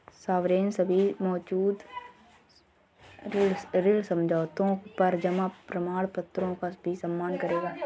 sovereign सभी मौजूदा ऋण समझौतों या जमा प्रमाणपत्रों का भी सम्मान करेगा